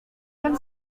jak